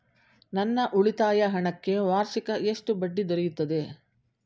ನನ್ನ ಉಳಿತಾಯ ಹಣಕ್ಕೆ ವಾರ್ಷಿಕ ಎಷ್ಟು ಬಡ್ಡಿ ದೊರೆಯುತ್ತದೆ?